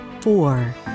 four